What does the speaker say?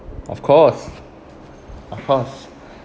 of course of course